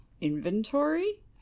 inventory